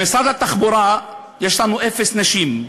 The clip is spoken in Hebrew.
במשרד התחבורה יש לנו אפס נשים,